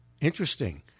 Interesting